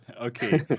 Okay